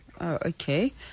Okay